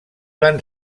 van